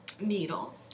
needle